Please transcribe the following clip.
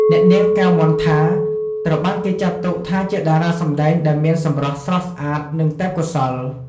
អ្នកនាង កែវ មន្ថា ត្រូវបានគេចាត់ទុកថាជាតារាសម្តែងដែលមានសម្រស់ស្រស់ស្អាតនិងទេពកោសល្យ។